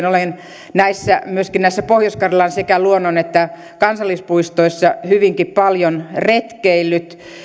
olen myöskin näissä pohjois karjalan sekä luonnon että kansallispuistoissa hyvinkin paljon retkeillyt